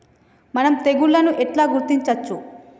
మనం తెగుళ్లను ఎట్లా గుర్తించచ్చు?